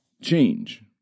change